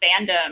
fandom